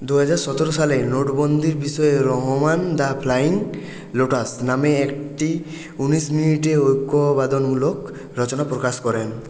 দু হাজার সতেরো সালে নোটবন্দীর বিষয়ে রহমান দ্য ফ্লাইং লোটাস নামে একটি উনিশ মিনিটের ঐকবাদনমূলক রচনা প্রকাশ করেন